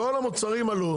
כל המוצרים עלו,